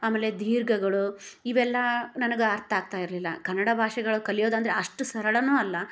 ಆಮೇಲೆ ಧೀರ್ಘಗಳು ಇವೆಲ್ಲಾ ನನಗೆ ಅರ್ಥ ಆಗ್ತಾಯಿರಲಿಲ್ಲ ಕನ್ನಡ ಭಾಷೆಗಳು ಕಲಿಯೋದಂದರೆ ಅಷ್ಟು ಸರಳನೂ ಅಲ್ಲ